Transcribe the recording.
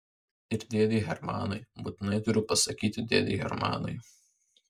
ir dėdei hermanui būtinai turiu pasakyti dėdei hermanui